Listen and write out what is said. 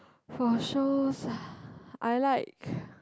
for shows I like